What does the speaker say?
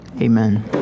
Amen